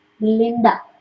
Linda